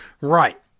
Right